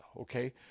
okay